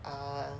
err